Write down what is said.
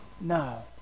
No